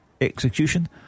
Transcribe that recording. execution